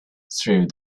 through